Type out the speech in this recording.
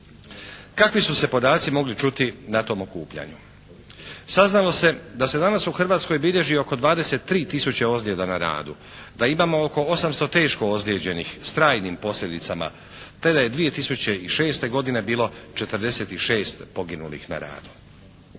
Kakvi su se podaci mogli čuti na tom okupljanju. Saznalo se da se danas u Hrvatskoj bilježi oko 23000 ozljeda na radu, da imamo oko 800 teško ozlijeđenih s trajnim posljedicama, te da je 2006. godine bilo 46 poginulih na radu.